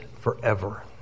forever